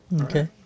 Okay